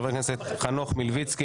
של חבר הכנסת חנוך מלביצקי.